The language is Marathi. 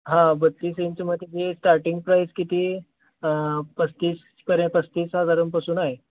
हां बत्तीस इंचमध्ये जी स्टार्टिंग प्राईस किती पस्तीस पर्या पस्तीस हजारांपासून आहे